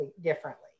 differently